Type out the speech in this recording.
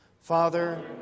Father